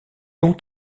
ont